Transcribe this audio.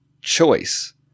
choice